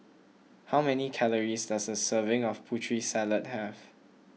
how many calories does a serving of Putri Salad have